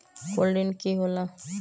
Gold ऋण की होला?